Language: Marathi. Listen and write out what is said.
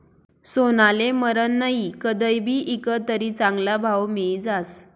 सोनाले मरन नही, कदय भी ईकं तरी चांगला भाव मियी जास